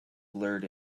blurred